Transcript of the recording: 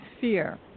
fear